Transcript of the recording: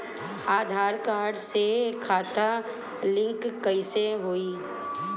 आधार card से खाता link कईसे होई?